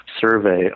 survey